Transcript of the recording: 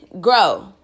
grow